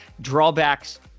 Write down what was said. drawbacks